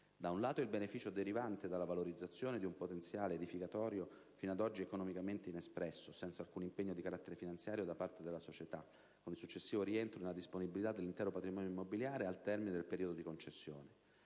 Da un lato, il beneficio derivante dalla valorizzazione di un potenziale edificatorio fino ad oggi economicamente inespresso, senza alcun impegno di carattere finanziario da parte della società e con il successivo rientro nella disponibilità dell'intero patrimonio immobiliare al termine del periodo di concessione.